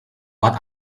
what